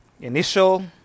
Initial